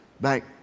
back